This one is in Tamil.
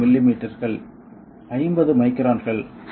05 மில்லிமீட்டர்கள் 50 மைக்ரான்கள்